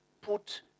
put